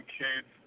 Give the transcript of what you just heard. kids